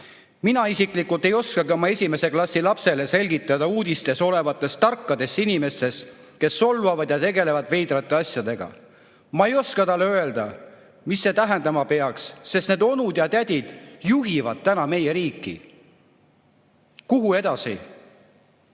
Mina isiklikult ei oska oma esimese klassi lapsele selgitada uudistes olevatest tarkadest inimestest, kes solvavad ja tegelevad veidrate asjadega. Ma ei oska talle öelda, mis see tähendama peaks, sest need onud ja tädid juhivad täna meie riiki. Kuhu edasi?